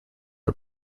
are